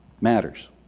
matters